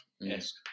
Yes